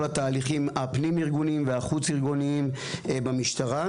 התהליכים הפנים-ארגוניים והחוץ-ארגוניים במשטרה,